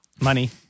money